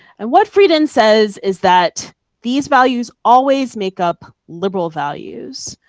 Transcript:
and what frieden says is that these values always make up liberal values.